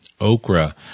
okra